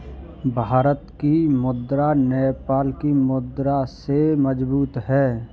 भारत की मुद्रा नेपाल की मुद्रा से मजबूत है